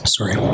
Sorry